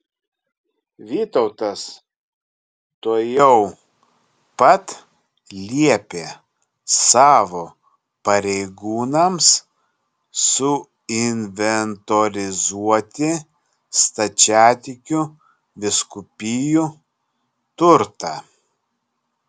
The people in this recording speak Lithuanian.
vytautas tuojau pat liepė savo pareigūnams suinventorizuoti stačiatikių vyskupijų turtą